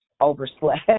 overslept